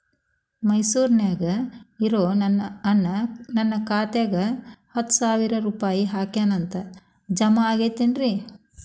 ಮೈಸೂರ್ ನ್ಯಾಗ್ ಇರೋ ನನ್ನ ಅಣ್ಣ ನನ್ನ ಖಾತೆದಾಗ್ ಹತ್ತು ಸಾವಿರ ರೂಪಾಯಿ ಹಾಕ್ಯಾನ್ ಅಂತ, ಜಮಾ ಆಗೈತೇನ್ರೇ?